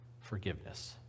forgiveness